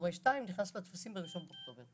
הורה 2 נכנס לטפסים ב-1 באוקטובר.